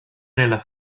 nella